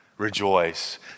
Rejoice